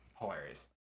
hilarious